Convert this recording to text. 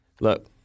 look